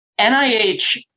NIH